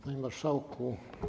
Panie Marszałku!